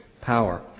power